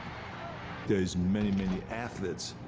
there is many, many athletes,